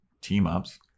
team-ups